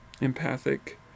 empathic